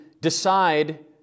decide